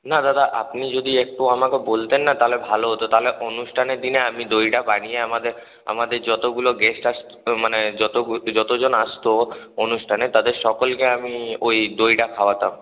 না দাদা আপনি যদি একটু আমাকে বলতেন না তাহলে ভালো হতো তাহলে অনুষ্ঠানের দিনে আমি দইটা বানিয়ে আমাদের আমাদের যতগুলো গেস্ট আসত মানে যত গুলো যত জন আসত অনুষ্ঠানে তাদের সকলকে আমি ওই দইটা খাওয়াতাম